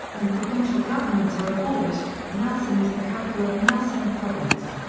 when provincial governments were abolished, nelson was the capital of nelson province.